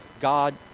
God